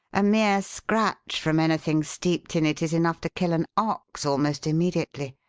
a mere scratch from anything steeped in it is enough to kill an ox almost immediately.